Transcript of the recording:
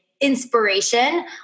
inspiration